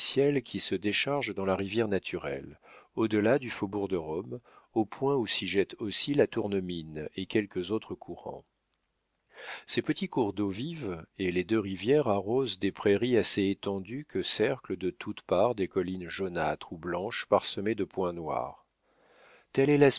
qui se décharge dans la rivière naturelle au delà du faubourg de rome au point où s'y jettent aussi la tournemine et quelques autres courants ces petits cours d'eau vive et les deux rivières arrosent des prairies assez étendues que cerclent de toutes parts des collines jaunâtres ou blanches parsemées de points noirs tel est l'aspect